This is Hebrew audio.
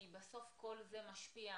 כי בסוף כל זה משפיע,